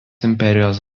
imperijos